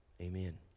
Amen